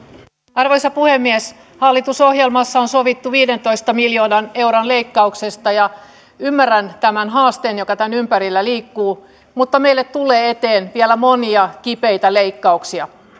arvoisa puhemies hallitusohjelmassa on sovittu viidentoista miljoonan euron leikkauksesta ja ymmärrän tämän haasteen joka tämän ympärillä liikkuu mutta meille tulee eteen vielä monia kipeitä leikkauksia